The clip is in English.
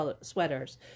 sweaters